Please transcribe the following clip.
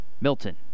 Milton